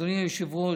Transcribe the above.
אדוני היושב-ראש,